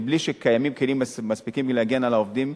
בלי שקיימים כלים מספיקים כדי להגן על העובדים,